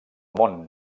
món